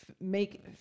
make